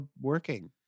working